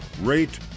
rate